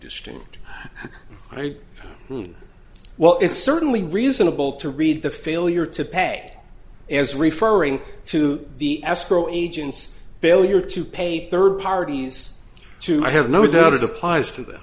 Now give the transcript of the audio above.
distinct well it's certainly reasonable to read the failure to pay as referring to the escrow agent's failure to pay third parties to i have no doubt it applies to them